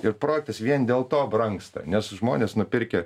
ir projektas vien dėl to brangsta nes žmonės nupirkę